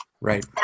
Right